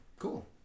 Cool